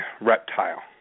reptile